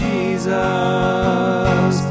Jesus